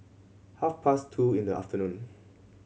half past two in the afternoon